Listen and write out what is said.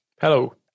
Hello